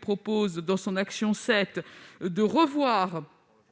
propose, dans son action 7, de revoir